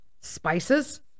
spices